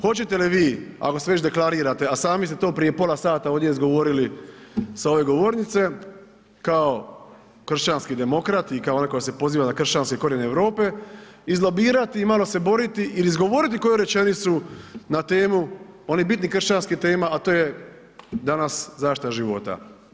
Hoćete li vi ako e već deklarirate, a sami ste to prije pola sata ovdje izgovorili sa ove govornice kao kršćanski demokrat i kao onaj koji se poziva na kršćanske korijene Europe, izlobirati i malo se boriti ili izgovoriti koju rečenicu na temu onih bitnih kršćanskih tema a to je danas zaštita života?